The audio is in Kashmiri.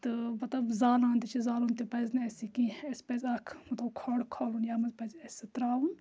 تہٕ مطلب زالان تہِ چھِ زالُن تہِ پَزِ نہٕ اَسہِ یہِ کیٚنٛہہ اَسہِ پَزِ اَکھ مطلب کھۄڈ کھالُن یَتھ منٛز پَزِ اَسہِ سُہ ترٛاوُن